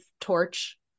torch